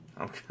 Okay